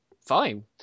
Fine